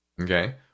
Okay